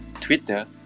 Twitter